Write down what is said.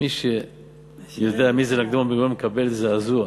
מי שיודע מי זה נקדימון בן גוריון מקבל זעזוע,